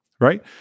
right